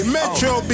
Metro